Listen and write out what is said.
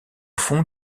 fond